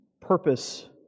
purpose